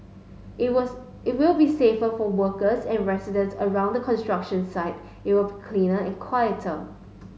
it was it will be safer for workers and residents around the construction site it will cleaner and quieter